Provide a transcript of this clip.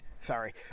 Sorry